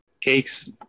cakes